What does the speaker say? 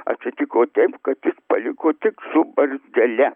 atsitiko taip kad jis paliko tik su barzdele